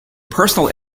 personal